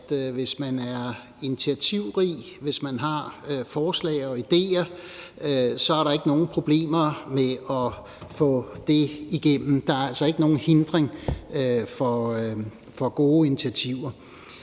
at hvis man er initiativrig, hvis man har forslag og idéer, er der ikke nogen problemer med at få det igennem. Der er altså ikke nogen hindring for gode initiativer.